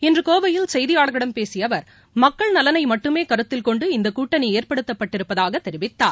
இன்று கோவையில் செய்தியாளர்களிடம் பேசிய அவர் மக்கள் நலனை மட்டுமே கருத்தில் கொண்டு இந்தக் கூட்டணி ஏற்படுத்தப்பட்டிருப்பதாக தெரிவித்தார்